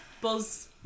buzz